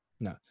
no